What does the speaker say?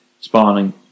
spawning